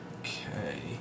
Okay